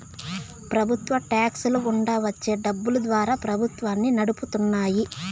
ప్రభుత్వ టాక్స్ ల గుండా వచ్చే డబ్బులు ద్వారా ప్రభుత్వాన్ని నడుపుతున్నాయి